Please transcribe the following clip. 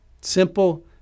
Simple